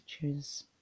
choose